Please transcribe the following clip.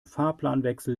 fahrplanwechsel